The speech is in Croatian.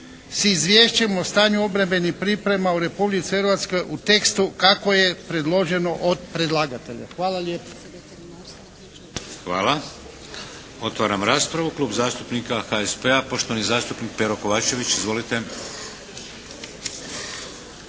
s Izvješćem o stanju obrambenih priprema u Republici Hrvatskoj u tekstu kako je predloženo od predlagatelja. Hvala lijepa. **Šeks, Vladimir (HDZ)** Hvala. Otvaram raspravu. Klub zastupnika HSP-a, poštovani zastupnik Pero Kovačević. Izvolite!